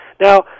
Now